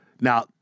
Now—